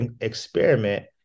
experiment